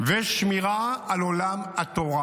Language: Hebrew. ושמירה על עולם התורה.